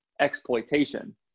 exploitation